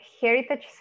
heritage